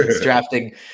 drafting